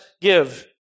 Give